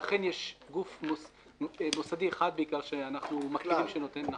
ואכן יש גוף מוסדי אחד בעיקר שאנחנו מכירים שנותן.